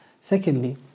Secondly